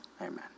Amen